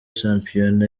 shampiona